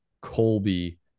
Colby